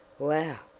whew!